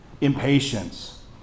impatience